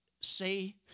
say